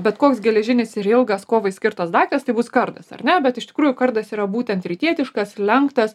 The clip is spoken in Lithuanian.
bet koks geležinis ir ilgas kovai skirtas daiktas tai bus kardas ar ne bet iš tikrųjų kardas yra būtent rytietiškas lenktas